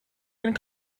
and